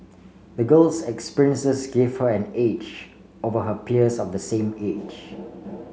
the girl's experiences gave her an edge over her peers of the same age